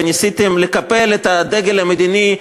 וניסיתם לקפל את הדגל המדיני,